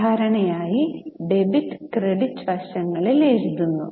സാധാരണയായി debit credit വശങ്ങളിൽ എഴുതുന്നു